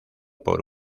por